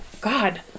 God